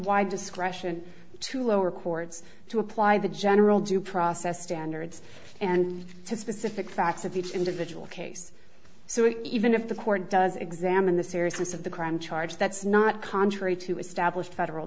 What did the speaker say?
wide discretion to lower courts to apply the general due process standards and to specific facts of each individual case so even if the court does examine the seriousness of the crime charge that's not contrary to established federal